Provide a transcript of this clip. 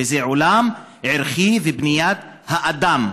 וזה עולם ערכי ובניית האדם.